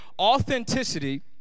authenticity